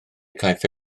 caiff